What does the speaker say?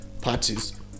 parties